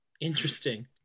interesting